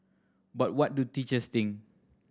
but what do teachers think